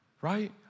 right